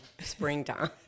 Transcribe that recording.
springtime